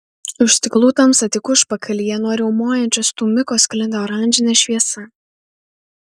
už stiklų tamsa tik užpakalyje nuo riaumojančio stūmiko sklinda oranžinė šviesa